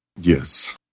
Yes